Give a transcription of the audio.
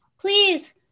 please